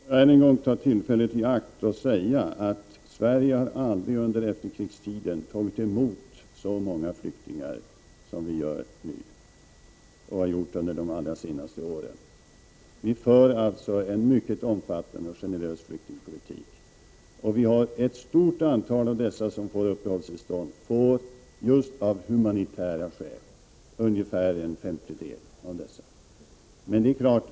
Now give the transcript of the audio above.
Herr talman! Jag vill än en gång ta tillfället i akt att säga att Sverige aldrig under efterkrigstiden har tagit emot så många flyktingar som vi gör nu och har gjort under de allra senaste åren. Vi för alltså en mycket omfattande och generös flyktingpolitik. Ett stort antal av dem som får uppehållstillstånd får det av humanitära skäl. Det rör sig om ungefär en femtedel.